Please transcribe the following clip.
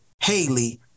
Haley